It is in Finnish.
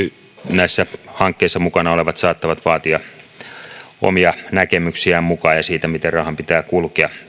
näissä hankkeissa mukana olevat saattavat vaatia mukaan omia näkemyksiään siitä miten rahan pitää kulkea